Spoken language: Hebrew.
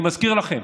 אני מזכיר לכם: